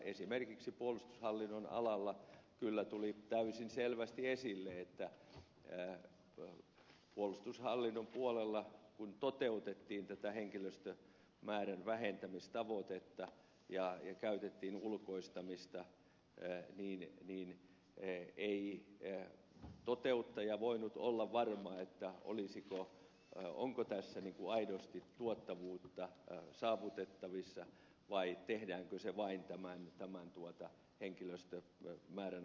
esimerkiksi puolustushallinnon alalla kyllä tuli täysin selvästi esille että kun puolustushallinnon puolella toteutettiin tätä henkilöstömäärän vähentämistavoitetta ja käytettiin ulkoistamista ei toteuttaja voinut olla varma onko tässä aidosti tuottavuutta saavutettavissa vai tehdäänkö se vain tämän henkilöstömäärän alentamisen tavoitteen saavuttamiseksi